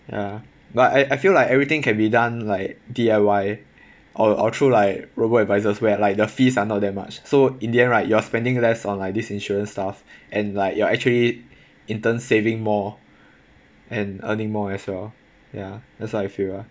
ya but I I feel like everything can be done like D_I_Y or or through like robo-advisors where like the fees are not that much so in the end right you are spending less on like this insurance stuff and like you're actually in turn saving more and earning more as well ya that's what I feel lah